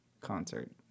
concert